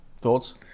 Thoughts